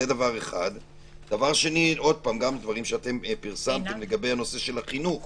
דבר שני, דברים שפרסמתם בנושא החינוך